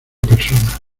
persona